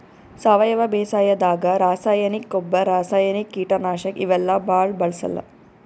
ಸಾವಯವ ಬೇಸಾಯಾದಾಗ ರಾಸಾಯನಿಕ್ ಗೊಬ್ಬರ್, ರಾಸಾಯನಿಕ್ ಕೀಟನಾಶಕ್ ಇವೆಲ್ಲಾ ಭಾಳ್ ಬಳ್ಸಲ್ಲ್